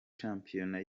shampiyona